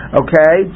okay